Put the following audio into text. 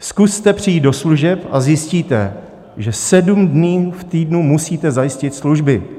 Zkuste přijít do služeb a zjistíte, že sedm dní v týdnu musíte zajistit služby.